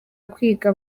kwiga